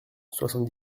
soixante